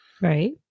right